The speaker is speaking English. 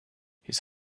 his